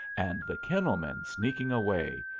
and the kennel-men sneaking away,